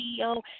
CEO